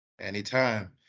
Anytime